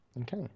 Okay